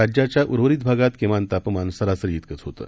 राज्याच्या उर्वरित भागात किमान तापमान सरासरी इतकच होतं